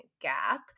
gap